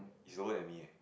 he's lower than me eh